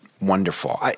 wonderful